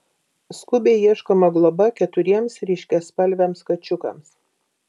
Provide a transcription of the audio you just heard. skubiai ieškoma globa keturiems ryškiaspalviams kačiukams